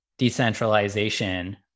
decentralization